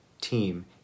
team